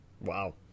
Wow